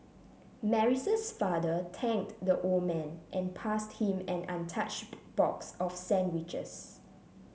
Mary's father thanked the old man and passed him an untouched box of sandwiches